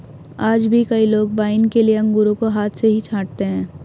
आज भी कई लोग वाइन के लिए अंगूरों को हाथ से ही छाँटते हैं